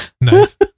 Nice